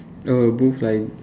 err both flying